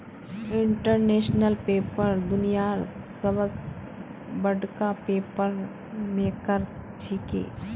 international paper दुनियार सबस बडका पेपर मेकर छिके